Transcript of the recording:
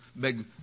big